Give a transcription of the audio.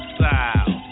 style